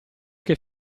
che